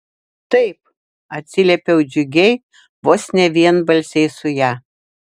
taip atsiliepiau džiugiai vos ne vienbalsiai su ja